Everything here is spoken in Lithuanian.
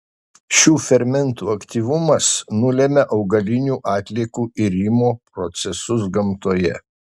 šių fermentų aktyvumas nulemia augalinių atliekų irimo procesus gamtoje